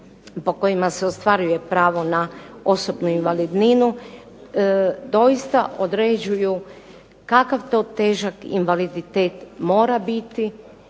po kojima se ostvaruje pravo na osobnu invalidninu doista određuju kakav to težak invaliditet mora biti